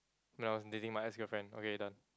when I was dating my ex-girlfriend okay done